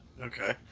Okay